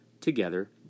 Together